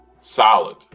solid